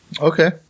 Okay